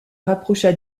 rapprocha